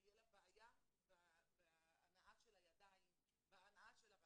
תהיה לה בעיה בהנעה של הידיים והרגליים.